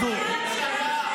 מנסור,